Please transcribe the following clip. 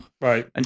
Right